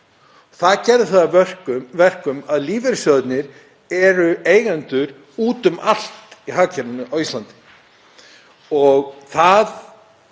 Það gerði að verkum að lífeyrissjóðirnir eru eigendur út um allt í hagkerfinu á Íslandi. Það